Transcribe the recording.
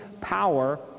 power